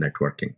networking